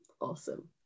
awesome